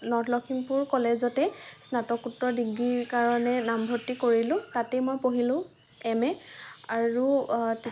north Lakhimpur কলেজতে স্নাতকোত্তৰ degree কাৰণে নাম ভৰ্তি কৰিলোঁ তাতে মই পঢ়িলোঁ এম এ আৰু